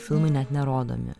filmai net nerodomi